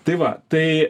tai va tai